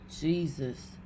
Jesus